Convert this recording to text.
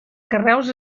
carreus